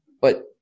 but-